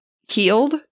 healed